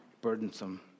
burdensome